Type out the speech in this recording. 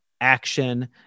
action